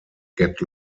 get